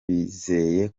bizeye